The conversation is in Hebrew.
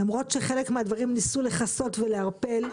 למרות שחלק מהדברים ניסו לכסות ולערפל,